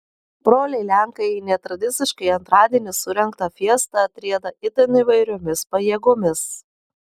broliai lenkai į netradiciškai antradienį surengtą fiestą atrieda itin įvairiomis pajėgomis